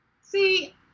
see